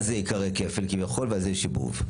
אז זה ייקרא כפל כביכול ואז יהיה שיבוב.